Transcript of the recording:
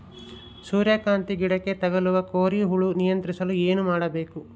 ಸೂರ್ಯಕಾಂತಿ ಗಿಡಕ್ಕೆ ತಗುಲುವ ಕೋರಿ ಹುಳು ನಿಯಂತ್ರಿಸಲು ಏನು ಮಾಡಬೇಕು?